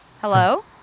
Hello